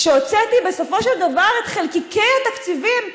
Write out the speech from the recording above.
כשהוצאתי בסופו של דבר את חלקיקי התקציבים,